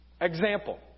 Example